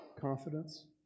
confidence